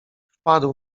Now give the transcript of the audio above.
wpadł